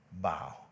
bow